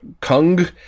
Kung